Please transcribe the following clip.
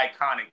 iconic